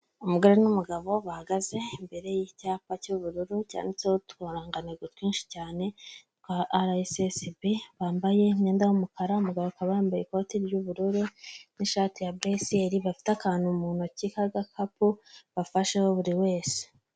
Umugore n'umugabo bahagaze imbere y'icyapa cy'ubururu cyanditseho uturanga ntego twinshi cyane twa araesibi, bambaye imyenda y'umukara umugabo akaba yambaye ikoti ry'ubururu n'ishati ya buluesiyeli, bafite akantu mu ntoki k'agakapu bafasheho buri wese.